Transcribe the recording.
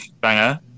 banger